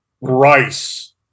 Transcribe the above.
Rice